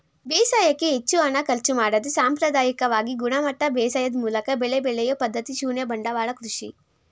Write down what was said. ಬೇಸಾಯಕ್ಕೆ ಹೆಚ್ಚು ಹಣ ಖರ್ಚು ಮಾಡದೆ ಸಾಂಪ್ರದಾಯಿಕವಾಗಿ ಗುಣಮಟ್ಟ ಬೇಸಾಯದ್ ಮೂಲಕ ಬೆಳೆ ಬೆಳೆಯೊ ಪದ್ಧತಿ ಶೂನ್ಯ ಬಂಡವಾಳ ಕೃಷಿ